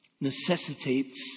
necessitates